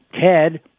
Ted